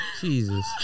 Jesus